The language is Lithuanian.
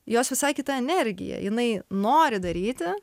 jos visai kita energija jinai nori daryti